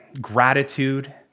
gratitude